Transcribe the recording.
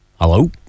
hello